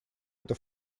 это